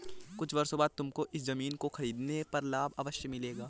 कुछ वर्षों बाद तुमको इस ज़मीन को खरीदने पर लाभ अवश्य मिलेगा